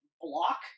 block